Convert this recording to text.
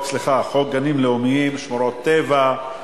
חוק גנים לאומיים, שמורות טבע,